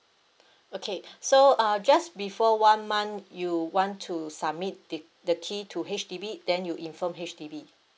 okay so uh just before one month you want to submit the the key to H_D_B then you inform H_D_B